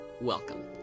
Welcome